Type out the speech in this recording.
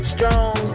Strong